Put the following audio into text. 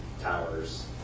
towers